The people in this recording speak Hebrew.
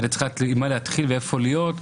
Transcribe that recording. אני צריך להחליט במה להתחיל ואיפה להיות,